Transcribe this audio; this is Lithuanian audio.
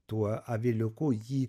tuo aviliuku jį